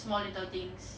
small little things